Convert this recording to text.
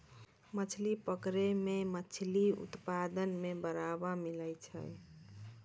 मछली पकड़ै मे मछली उत्पादन मे बड़ावा मिलै छै